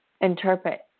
interpret